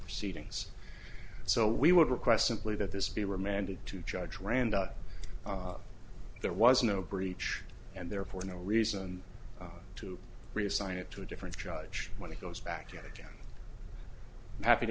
proceedings so we would request simply that this be remanded to judge randall there was no breach and therefore no reason to resign it to a different judge when he goes back yet again happy to